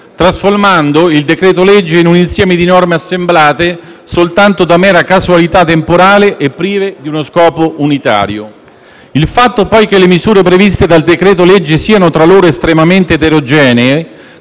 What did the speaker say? trasformando il decreto-legge in un insieme di norme assemblate soltanto da mera casualità temporale e prive di uno scopo unitario. Il fatto, poi, che le misure previste dal decreto-legge siano tra loro estremamente eterogenee